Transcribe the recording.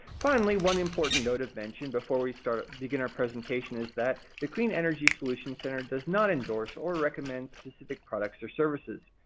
finally, one important note of mention before we begin begin our presentation is that the clean energy solution center does not endorse or recommend specific products or services.